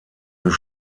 des